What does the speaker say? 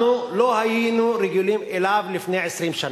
היינו רגילים אליו לפני 20 שנה.